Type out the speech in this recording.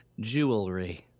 Jewelry